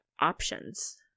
options